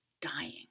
dying